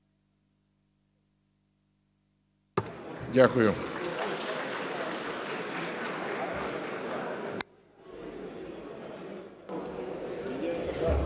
Дякую.